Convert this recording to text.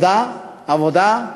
עבודה,